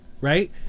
right